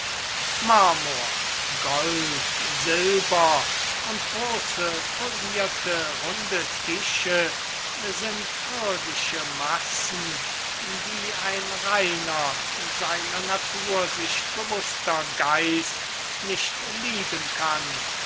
marmor gold silber und große polirte runde tische sind irdische massen die ein reiner seiner natur sich bewußter geist nicht lieben kann